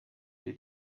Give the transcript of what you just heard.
der